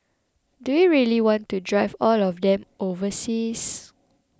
do we really want to drive all of them overseas